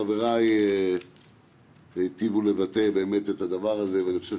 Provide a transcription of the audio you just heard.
חבריי היטיבו לבטא את הדבר הזה ואני חושב